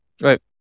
Right